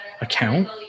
account